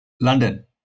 london